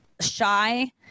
shy